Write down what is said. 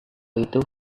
itu